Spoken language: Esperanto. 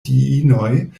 diinoj